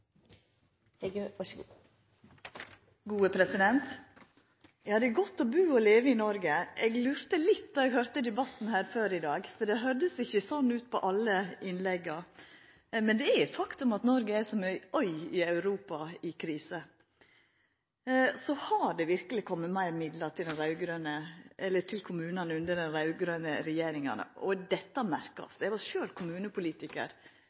i Noreg. Eg lurte litt då eg høyrde debatten her før i dag, for det høyrdest ikkje sånn ut på alle innlegga. Men det er eit faktum at Noreg er som ei øy i eit Europa i krise. Det har verkeleg kome midlar til kommunane under den raud-grøne regjeringa – og dette merkar ein. Eg var sjølv kommmunepolitikar under Høgre siste gong dei var i regjering, og